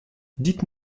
dites